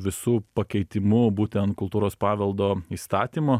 visu pakeitimu būtent kultūros paveldo įstatymo